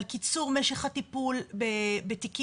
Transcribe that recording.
על קיצור משך הטיפול בתיקים,